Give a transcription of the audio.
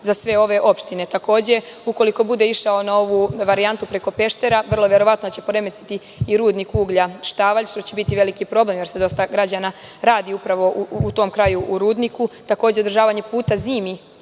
za sve ove opštine. Takođe, ukoliko bude išao na ovu varijantu preko Peštera vrlo verovatno će poremetiti i Rudnik uglja „Štavalj“ što će biti veliki problem, jer dosta građana radi upravo u tom kraju, u tom rudniku, a takođe i održavanje puta zimi